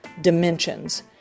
dimensions